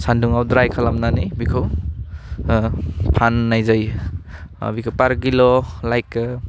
सान्दुङाव ड्राइ खालामनानै बेखौ फान्नाय जायो बेखौ पार किल' लाइक